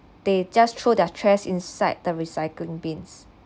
they just throw their trash inside the recycling bins